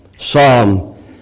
Psalm